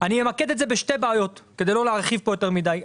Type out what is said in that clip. אני אמקד את זה בשתי בעיות כדי לא להרחיב פה יותר מידי.